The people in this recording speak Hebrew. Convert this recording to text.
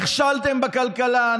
נכשלתם בכלכלה,